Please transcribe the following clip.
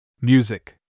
Music